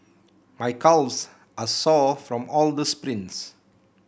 my calves are sore from all the sprints